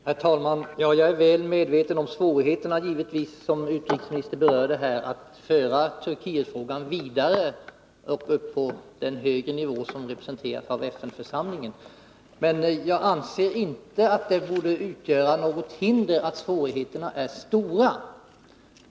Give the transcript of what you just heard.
Herr talman! Jag är givetvis väl medveten om de svårigheter som utrikesministern berörde om att föra Turkietfrågan vidare upp till den högre nivå som representeras av FN-församlingen. Men jag anser inte att det borde utgöra något hinder att svårigheterna är stora.